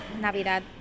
Navidad